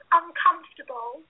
uncomfortable